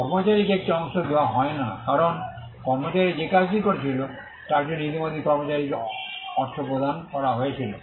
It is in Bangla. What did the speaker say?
কর্মচারীকে একটি অংশ দেওয়া হয় না কারণ কর্মচারী যে কাজটি করেছিল তার জন্য ইতিমধ্যে কর্মচারীকে অর্থ প্রদান করা হয়েছিল